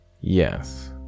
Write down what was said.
yes